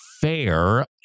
fair